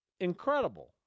incredible